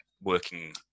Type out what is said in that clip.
working